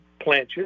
planches